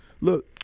look